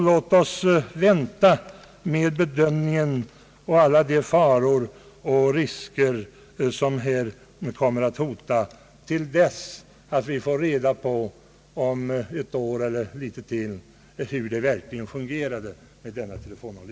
Låt oss vänta med bedömning en av alla de faror och risker, som kan hota, till dess vi om något år fått reda på hur denna telefonavlyssning verkligen fungerar.